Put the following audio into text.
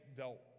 dealt